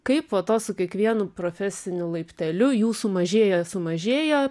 kaip po to su kiekvienu profesiniu laipteliu jų sumažėja sumažėja